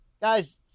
Guys